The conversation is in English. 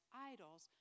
idols